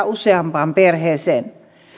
useampaan perheeseen